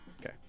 Okay